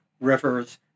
rivers